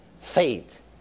Faith